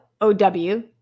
O-W